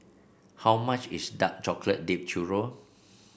how much is Dark Chocolate Dipped Churro